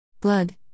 Blood